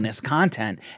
content